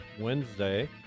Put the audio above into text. Wednesday